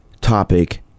topic